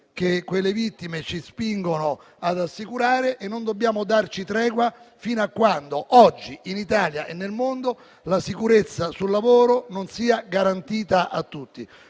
che quelle vittime ci spingono ad assicurare. Non dobbiamo darci tregua fino a quando oggi, in Italia e nel mondo, la sicurezza sul lavoro non sarà garantita a tutti.